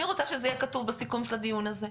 אני רוצה שזה יהיה כתוב בסיכום של הדיון הזה,